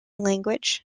language